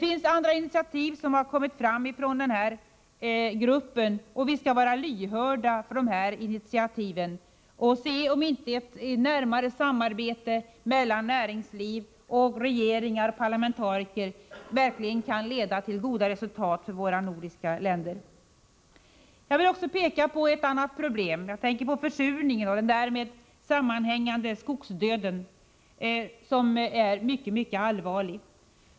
Också andra initiativ har kommit fram som vi skall vara lyhörda för och se om inte ett närmare samarbete mellan näringslivet, regeringar och parlamentariker verkligen kan leda till goda resultat för våra nordiska länder. Jag vill också peka på problemet med försurningen och den därmed sammanhängande skogsdöden.